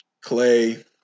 Clay